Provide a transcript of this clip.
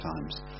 times